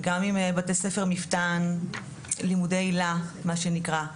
גם עם בתי ספר מפתן, לימודי הילה מה שנקרא.